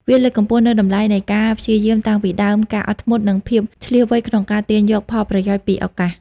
វាលើកកម្ពស់នូវតម្លៃនៃការព្យាយាមតាំងពីដើមការអត់ធ្មត់និងភាពឈ្លាសវៃក្នុងការទាញយកផលប្រយោជន៍ពីឱកាស។